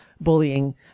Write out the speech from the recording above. bullying